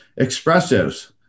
Expressives